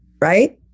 Right